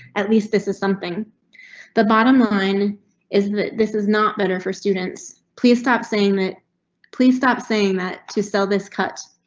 at least this is something the bottom line is that this is not better for students. please stop saying that please stop saying that to sell this cut.